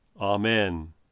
Amen